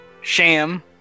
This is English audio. Sham